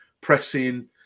pressing